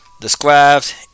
Described